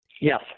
Yes